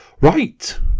Right